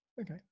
Okay